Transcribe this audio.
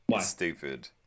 Stupid